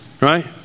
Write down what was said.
right